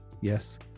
yes